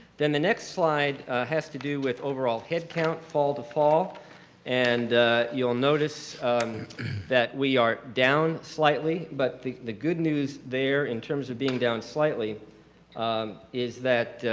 then the next slide has to do with overall head count fall to fall and you'll notice that we are down slightly but the the good news there in terms of being down slightly is that